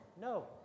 No